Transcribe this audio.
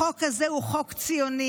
החוק הזה הוא חוק ציוני.